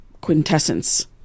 quintessence